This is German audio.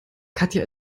katja